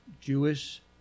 Jewish